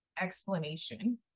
explanation